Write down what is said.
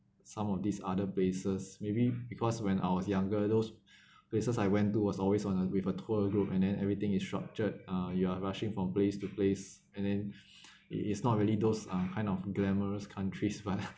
some of these other places maybe because when I was younger those places I went to was always on a with a tour group and then everything is structured uh you are rushing from place to place and then it is not really those uh kind of glamorous countries but